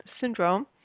Syndrome